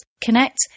Connect